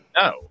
no